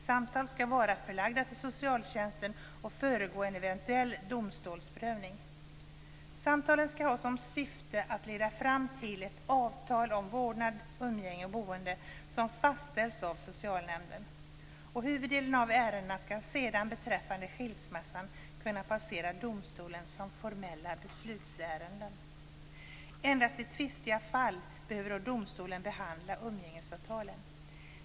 Samtalen skall var förlagda till socialtjänsten och föregå en eventuell domstolsprövning. Samtalen skall ha som syfte att leda fram till ett avtal om vårdnad, umgänge och boende som fastställs av socialnämnden. I huvuddelen av ärendena skall skilsmässan sedan kunna passera domstolen som formella beslutsärenden. Endast i tvistiga fall behöver då domstolen behandla umgängesavtalen.